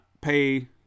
pay